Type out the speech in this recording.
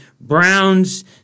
Browns